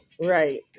right